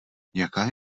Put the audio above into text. jaká